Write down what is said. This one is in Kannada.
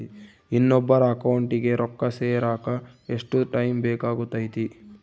ಇನ್ನೊಬ್ಬರ ಅಕೌಂಟಿಗೆ ರೊಕ್ಕ ಸೇರಕ ಎಷ್ಟು ಟೈಮ್ ಬೇಕಾಗುತೈತಿ?